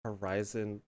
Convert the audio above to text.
horizon